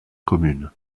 commune